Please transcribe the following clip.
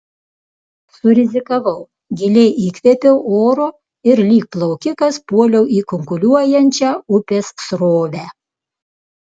surizikavau giliai įkvėpiau oro ir lyg plaukikas puoliau į kunkuliuojančią upės srovę